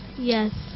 Yes